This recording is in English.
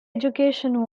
education